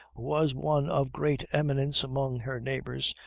was one of great eminence among her neighbors,